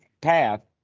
path